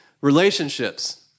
Relationships